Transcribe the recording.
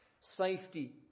safety